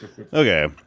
Okay